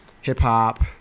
hip-hop